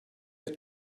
had